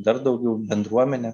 dar daugiau bendruomenę